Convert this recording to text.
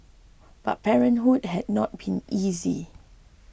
but parenthood had not been easy